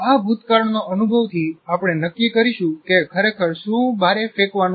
આ ભૂતકાળનો અનુભવથી આપણે નક્કી કરીશું કે ખરેખર શું બારે ફેકવાનું છે